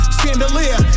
chandelier